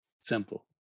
simple